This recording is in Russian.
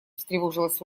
встревожилась